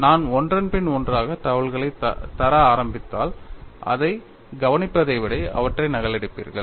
நான் ஒன்றன் பின் ஒன்றாக தகவல்களைத் தர ஆரம்பித்தால் அதை கவனிப்பதை விட அவற்றை நகலெடுப்பீர்கள்